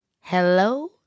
Hello